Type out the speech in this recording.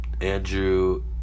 Andrew